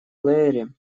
лариса